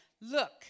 look